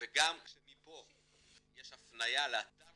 וגם כשמפה יש הפניה לאתר